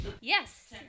Yes